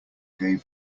gave